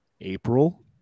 April